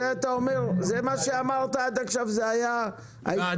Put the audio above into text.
מה שאמרת עד עכשיו היה עדין...